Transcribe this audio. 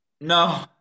No